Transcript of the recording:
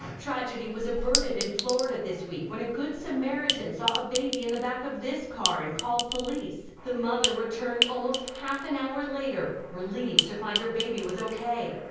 tragedy was averted in florida this week when a good samaritan saw a baby in the back of this car and called police. the mother returned almost half an hour later relieved to find her baby is okay.